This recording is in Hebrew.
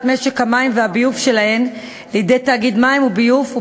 משק המים והביוב שלהן לידי תאגיד מים וביוב,